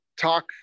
talk